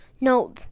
No